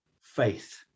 faith